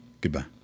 Goodbye